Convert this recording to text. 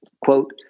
quote